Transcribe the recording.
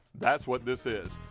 that's what this is.